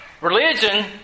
Religion